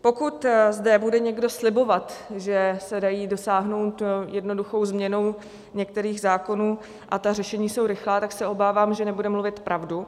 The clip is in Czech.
Pokud zde bude někdo slibovat, že se dají dosáhnout jednoduchou změnou některých zákonů a ta řešení jsou rychlá tak se obávám, že nebude mluvit pravdu.